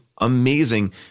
amazing